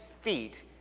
feet